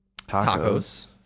tacos